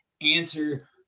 answer